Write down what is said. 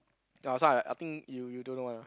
ah so I I think you you don't know one lah